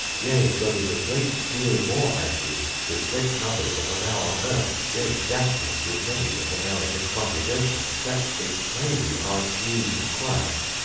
yea, god is a great deal more angry with great numbers that are now on earth yea, doubtless, with many that are now in this congregation, that, it may be, are at ease and quiet,